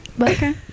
Okay